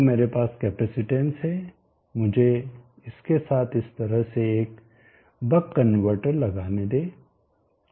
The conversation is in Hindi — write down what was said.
तो मेरे पास केपेसीटेंस है मुझे इसके साथ इस तरह से एक बक कनवर्टर लगाने दें